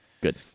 Good